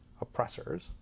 oppressors